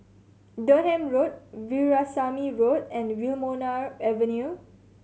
Durham Road Veerasamy Road and Wilmonar Avenue